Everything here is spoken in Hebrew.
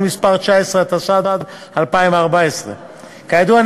התשע"ד 2014. כידוע,